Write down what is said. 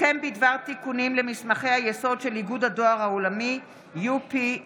הסכם בדבר תיקונים למסמכי היסוד של איגוד הדואר העולמי (UPU).